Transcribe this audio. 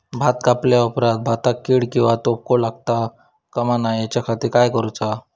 भात कापल्या ऑप्रात भाताक कीड किंवा तोको लगता काम नाय त्याच्या खाती काय करुचा?